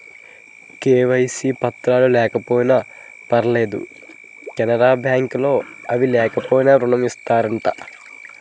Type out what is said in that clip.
KYC పత్రాలు లేకపోయినా పర్లేదు కెనరా బ్యాంక్ లో అవి లేకపోయినా ఋణం ఇత్తారట